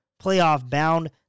playoff-bound